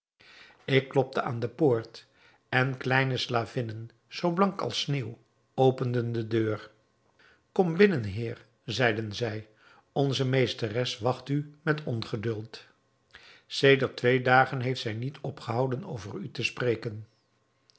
ik klopte aan de poort en kleine slavinnen zoo blank als sneeuw openden de deur kom binnen heer zeiden zij onze meesteres wacht u met ongeduld sedert twee dagen heeft zij niet opgehouden over u te spreken